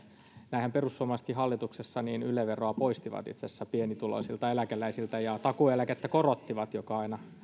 näinhän perussuomalaisetkin hallituksessa poistivat yle veroa pienituloisilta eläkeläisiltä ja korottivat takuueläkettä mikä aina